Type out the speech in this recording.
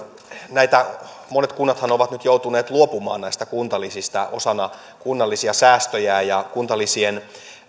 monet kunnathan ovat nyt joutuneet luopumaan näistä kuntalisistä osana kunnallisia säästöjä ja ja kuntalisien